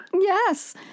Yes